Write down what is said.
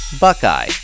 Buckeye